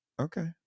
okay